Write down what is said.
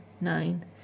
nine